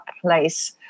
place